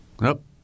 Nope